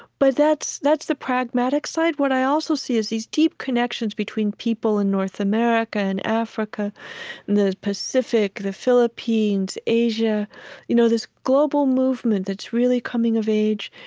but that's that's the pragmatic side. what i also see is these deep connections between people in north america and africa and the pacific, the philippines, asia you know this global movement that's really coming of age.